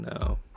No